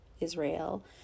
israel